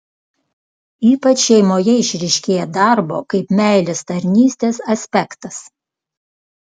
ypač šeimoje išryškėja darbo kaip meilės tarnystės aspektas